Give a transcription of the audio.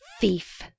Thief